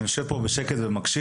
אני יושב פה בשקט ומקשיב,